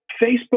facebook